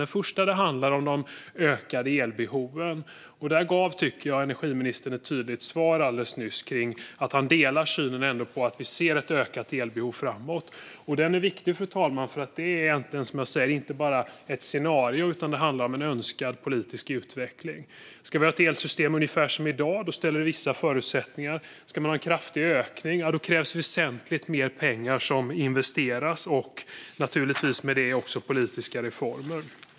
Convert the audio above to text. Den första handlar om de ökade elbehoven. Där tycker jag att energiministern gav ett tydligt svar alldeles nyss: Han delar synen att vi ser ett ökat elbehov framåt. Det är viktigt, fru talman, för det är som sagt inte bara ett scenario utan handlar om en önskad politisk utveckling. Ska vi ha ett elsystem ungefär som i dag ställer det upp vissa förutsättningar. Ska vi ha en kraftig ökning krävs det väsentligt mer pengar som investeras, och med det naturligtvis också politiska reformer.